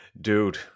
Dude